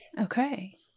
Okay